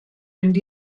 mynd